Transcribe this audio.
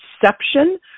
perception